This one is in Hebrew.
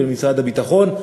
בין משרד הביטחון,